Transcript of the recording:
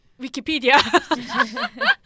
Wikipedia